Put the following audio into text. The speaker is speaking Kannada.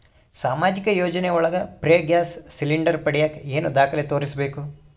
ಸಾಮಾಜಿಕ ಯೋಜನೆ ಒಳಗ ಫ್ರೇ ಗ್ಯಾಸ್ ಸಿಲಿಂಡರ್ ಪಡಿಯಾಕ ಏನು ದಾಖಲೆ ತೋರಿಸ್ಬೇಕು?